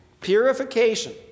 Purification